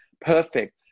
perfect